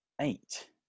eight